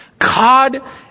god